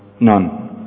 None